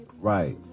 Right